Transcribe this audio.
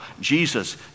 Jesus